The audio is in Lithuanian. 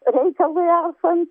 reikalui esant